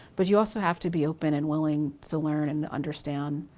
but you also have to be open and willing to learn and understand,